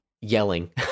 yelling